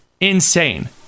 insane